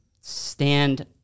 stand